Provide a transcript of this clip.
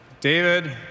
David